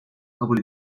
kabul